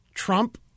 Trump